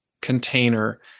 container